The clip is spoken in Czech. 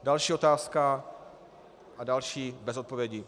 Další otázka a další bez odpovědi.